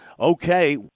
Okay